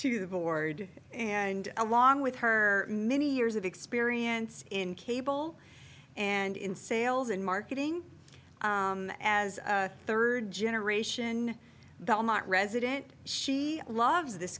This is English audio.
the board and along with her many years of experience in cable and in sales and marketing as third generation belmont resident she loves this